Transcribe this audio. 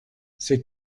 ces